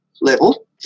level